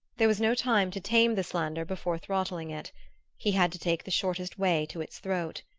there was no time to tame the slander before throttling it he had to take the shortest way to its throat.